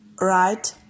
Right